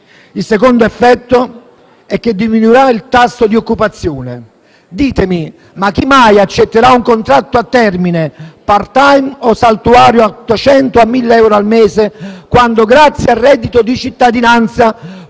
Il secondo effetto è che diminuirà il tasso di occupazione. Ditemi: chi mai accetterà un contratto a termine, *part time* o saltuario, a 800 o a 1.000 euro al mese, quando, grazie al reddito di cittadinanza,